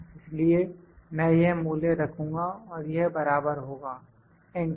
इसलिए मैं यह मूल्य रखूंगा और यह बराबर होगा एंटर